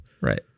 Right